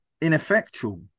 ineffectual